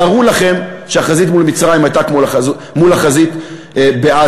תארו לכם שהחזית מול מצרים הייתה כמו מול החזית בעזה.